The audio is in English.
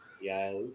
yes